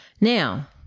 Now